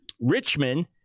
Richmond